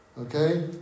Okay